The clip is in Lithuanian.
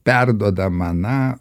perduodama na